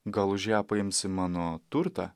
gal už ją paimsi mano turtą